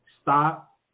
Stop